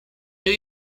new